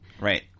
Right